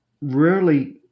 rarely